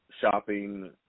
shopping